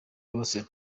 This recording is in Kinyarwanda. bose